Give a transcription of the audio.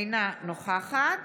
אינה נוכחת